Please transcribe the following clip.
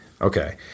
Okay